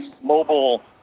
Mobile